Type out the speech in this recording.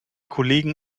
kollegen